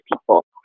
people